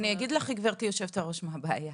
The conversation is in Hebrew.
אני אגיד לך, גברתי היושבת-ראש, מה הבעיה.